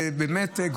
זה באמת גורם.